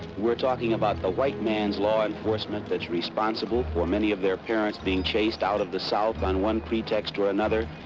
we're talking about the white man's law enforcement that's responsible for many of their parents being chased out of the south on one pretext or another.